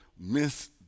miss